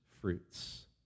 fruits